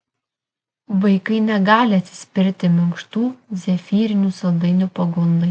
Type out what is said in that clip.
vaikai negali atsispirti minkštų zefyrinių saldainių pagundai